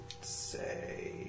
say